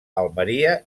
almeria